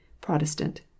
Protestant